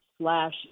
slash